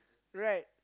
right